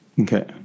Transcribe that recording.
Okay